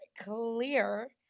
clear